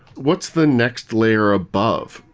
what's the next layer above,